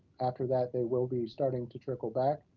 after that, they will be starting to trickle back.